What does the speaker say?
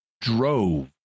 drove